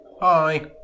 Hi